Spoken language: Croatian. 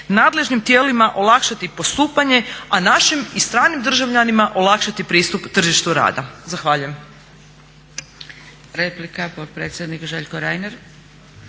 nadležnim tijelima olakšati postupanje a našim i stranim državljanima olakšati pristup tržištu rada. Zahvaljujem.